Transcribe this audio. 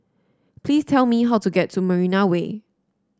please tell me how to get to Marina Way